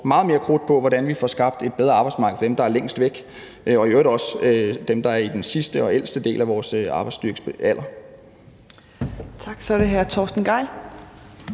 meget mere krudt på, hvordan vi får skabt et bedre arbejdsmarked for dem, der er længst væk, og i øvrigt også for dem, der er i den sidste og ældste del af vores arbejdsstyrkes alder.